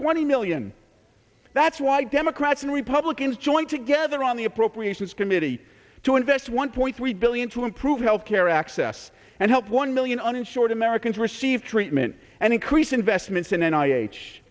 twenty million that's why democrats and republicans joined together on the appropriations committee to invest one point three billion to improve health care access and help one million uninsured americans receive treatment and increase investments in an